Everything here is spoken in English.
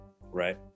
Right